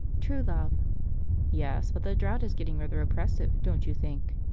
true love yes, but the drought is getting rather oppressive, don't you think?